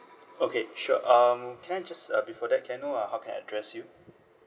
okay sure um can I just uh before that can I know uh how can I address you